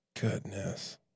Goodness